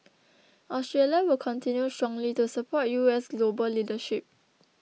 Australia will continue strongly to support U S global leadership